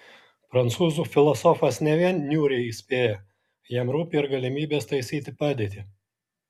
prancūzų filosofas ne vien niūriai įspėja jam rūpi ir galimybės taisyti padėtį